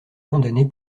condamnés